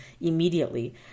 immediately